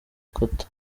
kata